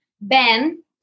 Ben